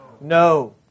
No